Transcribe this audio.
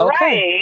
Right